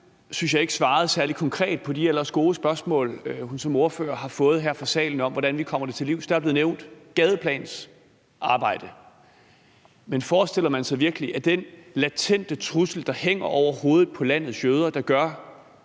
synes jeg ikke svarede særlig konkret på de ellers gode spørgsmål, hun som ordfører har fået her fra salen, om, hvordan vi kommer det til livs. Der er blevet nævnt gadeplansarbejde, men forestiller man sig virkelig, at den latente trussel, der hænger over hovedet på landets jøder, og